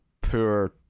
poor